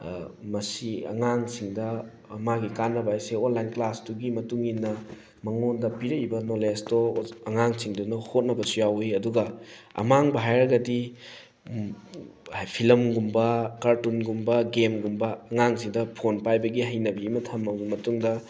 ꯃꯁꯤ ꯑꯉꯥꯡꯁꯤꯡꯗ ꯃꯥꯒꯤ ꯀꯥꯅꯕꯁꯦ ꯑꯣꯟꯂꯥꯏꯟ ꯀ꯭ꯂꯥꯁꯇꯨꯒꯤ ꯃꯇꯨꯡ ꯏꯟꯅ ꯃꯉꯣꯟꯗ ꯄꯤꯔꯛꯏꯕ ꯅꯣꯂꯦꯖꯇꯨ ꯑꯉꯥꯡꯁꯤꯡꯗꯨꯅ ꯍꯣꯠꯅꯕꯁꯨ ꯌꯥꯎꯋꯤ ꯑꯗꯨꯒ ꯑꯃꯥꯡꯕ ꯍꯥꯏꯔꯒꯗꯤ ꯐꯤꯂꯝꯒꯨꯝꯕ ꯀꯥꯔꯇꯨꯟꯒꯨꯝꯕ ꯒꯦꯝꯒꯨꯝꯕ ꯑꯉꯥꯡꯁꯤꯡꯗ ꯐꯣꯟ ꯄꯥꯏꯕꯒꯤ ꯍꯩꯅꯕꯤ ꯑꯃ ꯊꯝꯃꯕ ꯃꯇꯨꯡꯗ